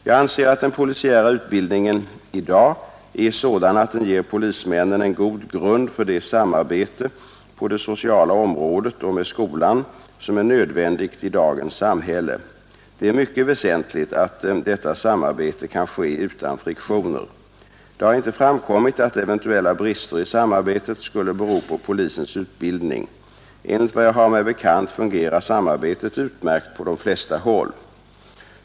Jag anser att den polisiära utbildningen i dag är sådan att den ger polismännen en god grund för det samarbete på det sociala området och med skolan som är nödvändigt i dagens samhälle. Det är mycket väsentligt att detta samarbete kan ske utan friktioner. Det har inte framkommit att eventuella brister i samarbetet skulle bero på polisens utbildning. Enligt vad jag har mig bekant fungerar samarbetet utmärkt på de flesta håll.